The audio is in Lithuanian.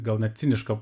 gal net cinišką